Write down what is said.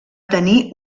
tenir